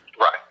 Right